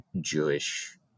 jewish